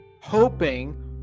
hoping